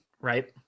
Right